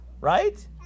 right